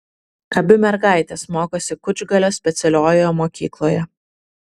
abi mergaitės mokosi kučgalio specialiojoje mokykloje